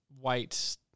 White